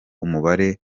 umubare